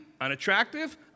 unattractive